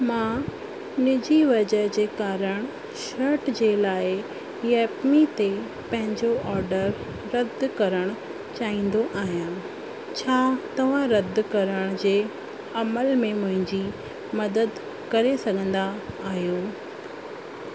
मां निजी वजह जे कारण शर्ट जे लाइ येपमी ते पंहिंजो ऑडर रदु करणु चाहींदो आहियां छा तव्हां रदु करण जे अमल में मुंहिंजी मदद करे सघंदा आहियो